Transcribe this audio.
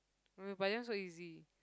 but then so easy